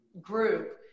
group